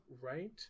right